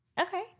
Okay